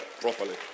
properly